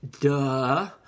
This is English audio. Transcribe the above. duh